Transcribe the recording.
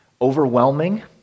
Overwhelming